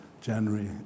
January